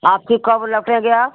वापसी कब लौटेंगे आप